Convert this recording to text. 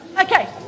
Okay